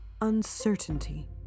uncertainty